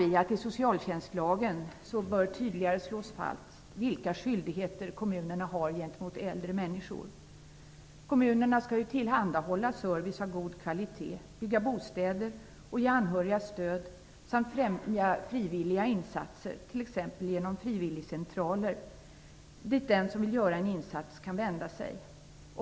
Vi menar att det bör slås fast tydligare i socialtjänstlagen vilka skyldigheter kommunerna har gentemot äldre människor. Kommunerna skall ju tillhandahålla service av god kvalitet, bygga bostäder och ge anhöriga stöd samt främja frivilliga insatser, t.ex. genom frivilligcentraler dit den som vill göra en insats kan vända sig.